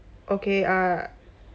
okay ah